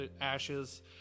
ashes